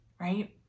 right